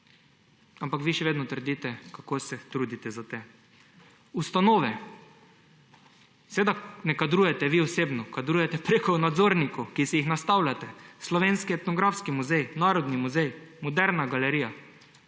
Ampak vi še vedno trdite, kako se trudite za te ustanove. Seveda ne kadrujete vi osebno, kadrujete preko nadzornikov, ki si jih nastavljate – Slovenski etnografski muzej, Narodni muzej, Moderna galerija.